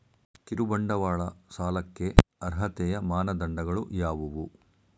ಕಿರುಬಂಡವಾಳ ಸಾಲಕ್ಕೆ ಅರ್ಹತೆಯ ಮಾನದಂಡಗಳು ಯಾವುವು?